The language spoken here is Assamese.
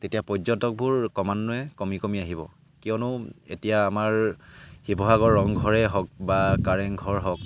তেতিয়া পৰ্যটকবোৰ ক্ৰমান্ৱয়ে কমি কমি আহিব কিয়নো এতিয়া আমাৰ শিৱসাগৰ ৰংঘৰে হওক বা কাৰেংঘৰ হওক